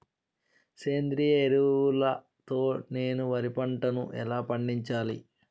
సేంద్రీయ ఎరువుల తో నేను వరి పంటను ఎలా పండించాలి?